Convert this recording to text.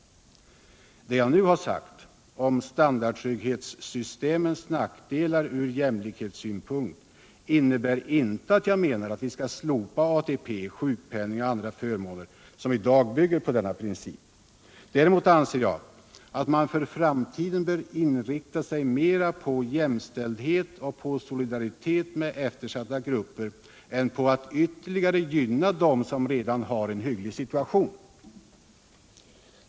Det jag nu sagt om standardtrygghetssystemets nackdelar ur jämlikhetssynpunkt innebär inte att jag menar att vi skall slopa ATP, sjukpenning och andra förmåner som i dag bygger på denna princip. Däremot anser jag att man för framtiden bör inrikta sig mera på jämställdhet och på solidaritet med eftersatta grupper än på att ytterligare gynna den som redan har en hygglig situation.